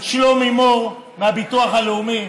את שלומי מור מהביטוח הלאומי,